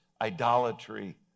idolatry